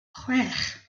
chwech